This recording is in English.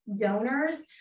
donors